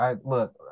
Look